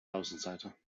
außenseiter